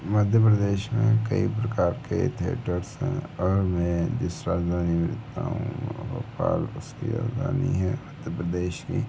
मध्य प्रदेश में कई प्रकार के थिएटर्स है और मैं जिस राजधानी में रहता हूँ भोपाल उसकी राजधानी है मध्य प्रदेश में